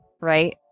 right